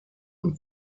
und